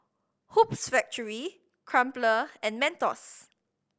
Hoops Factory Crumpler and Mentos